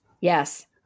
Yes